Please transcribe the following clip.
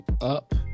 up